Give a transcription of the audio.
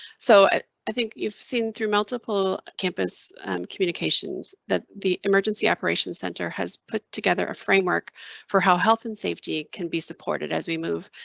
so i think you've seen through multiple campus communications that the emergency operations center has put together a framework for how health and safety can be supported as we move,